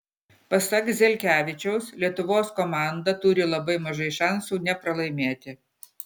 pasak zelkevičiaus lietuvos komanda turi labai mažai šansų nepralaimėti